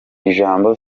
ijambo